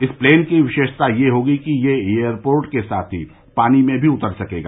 इस प्लेन की विशेषता यह होगी कि यह एयरपोर्ट के साथ ही पानी में भी उतर सकेगा